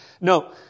No